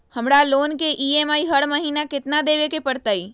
हमरा लोन के ई.एम.आई हर महिना केतना देबे के परतई?